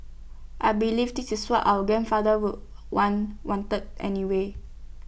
I believe this is what our grandfather would one wanted anyway